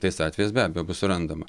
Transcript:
tais atvejais be abejo bus surandama